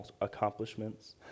accomplishments